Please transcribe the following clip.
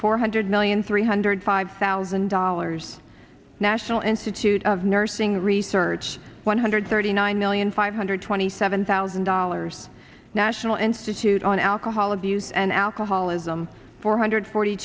four hundred million three hundred five thousand dollars national institute of nursing research one hundred thirty nine million five hundred twenty seven thousand dollars national institute on alcohol abuse and alcoholism four hundred forty